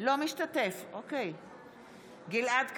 אינו משתתף בהצבעה גלעד קריב,